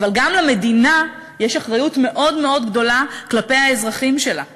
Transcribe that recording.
אבל גם למדינה יש אחריות מאוד מאוד גדולה כלפי האזרחים שלה.